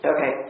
Okay